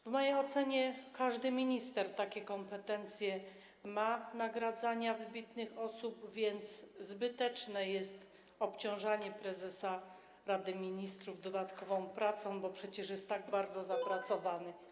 W mojej ocenie każdy minister ma takie kompetencje nagradzania wybitnych osób, więc zbyteczne jest obciążanie prezesa Rady Ministrów dodatkową pracą, bo przecież jest tak bardzo zapracowany.